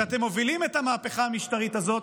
כשאתם מובילים את המהפכה המשטרית הזאת,